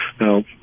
Now